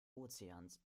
ozeans